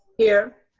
here.